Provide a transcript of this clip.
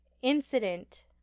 incident